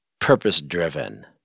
purpose-driven